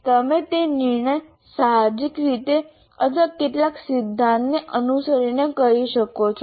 તમે તે નિર્ણય સાહજિક રીતે અથવા કેટલાક સિદ્ધાંતને અનુસરીને કરી શકો છો